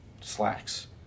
slacks